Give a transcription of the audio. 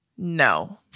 No